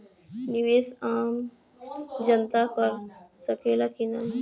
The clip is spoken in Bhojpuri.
निवेस आम जनता कर सकेला की नाहीं?